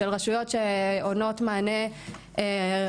של רשויות שעונות מענה רלוונטי,